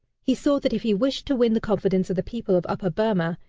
he saw that if he wished to win the confidence of the people of upper burmah,